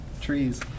trees